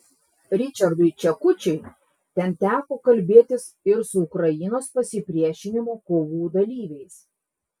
ričardui čekučiui ten teko kalbėtis ir su ukrainos pasipriešinimo kovų dalyviais